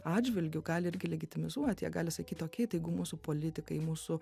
atžvilgiu gali irgi legitimizuot jie gali sakyt okei tai jeigu mūsų politikai mūsų